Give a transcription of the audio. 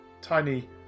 tiny